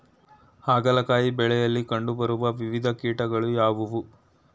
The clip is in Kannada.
ಹಾಗಲಕಾಯಿ ಬೆಳೆಯಲ್ಲಿ ಕಂಡು ಬರುವ ವಿವಿಧ ಕೀಟಗಳು ಯಾವುವು?